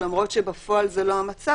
למרות שבפועל זה לא המצב,